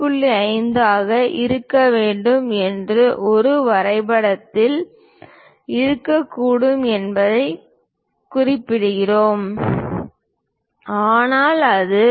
5 ஆக இருக்க வேண்டும் என்று அது வரைபடத்தில் இருக்கக்கூடும் என்பதைக் குறிக்கிறது ஆனால் அது 2